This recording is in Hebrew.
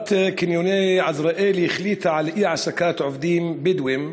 חברת "קבוצת עזריאלי" החליטה על אי-העסקת עובדים בדואים